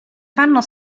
fanno